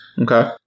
Okay